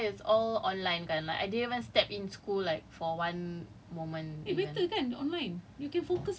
err pasal it's this semester is all online kan I didn't even step in school like for one moment